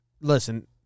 listen